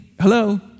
hello